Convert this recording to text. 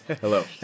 Hello